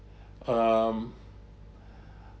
um